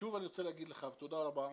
שוב אני רוצה להגיד לך תודה רבה.